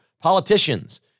politicians